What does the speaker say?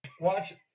watch